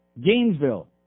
Gainesville